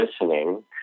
listening